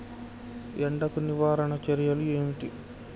ఎండకు నివారణ చర్యలు ఏమిటి?